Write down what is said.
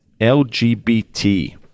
LGBT